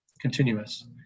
continuous